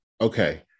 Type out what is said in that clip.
Okay